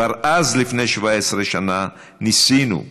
כבר אז, לפני 17 שנה, ניסינו,